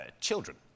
children